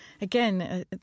again